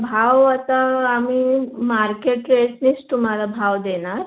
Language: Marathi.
भाव आता आम्ही मार्केट रेटनेच तुम्हाला भाव देणार